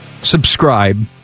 subscribe